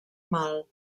mal